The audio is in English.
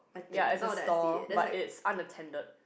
ya is a store but its unattended